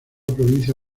provincia